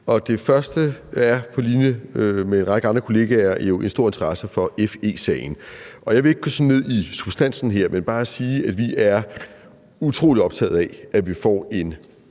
ting vedrører på linje med en række andre kollegaer en stor interesse for FE-sagen, og jeg vil ikke gå ned i substansen her, men bare sige, at vi er utrolig optagede af, at vi får en